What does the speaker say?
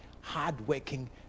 hard-working